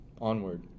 Onward